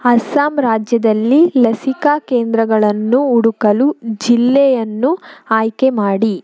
ಅಸ್ಸಾಮ್ ರಾಜ್ಯದಲ್ಲಿ ಲಸಿಕಾ ಕೇಂದ್ರಗಳನ್ನು ಹುಡುಕಲು ಜಿಲ್ಲೆಯನ್ನು ಆಯ್ಕೆ ಮಾಡಿ